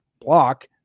block